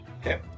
Okay